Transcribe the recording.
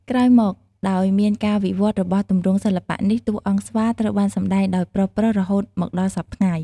ក្រោយមកដោយមានការវិវត្តន៍របស់ទម្រង់សិល្បៈនេះ តួអង្គស្វាត្រូវបានសម្តែង ដោយប្រុសៗរហូតមកដល់សព្វថ្ងៃ។